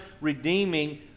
redeeming